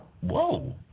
whoa